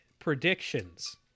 predictions